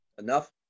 enough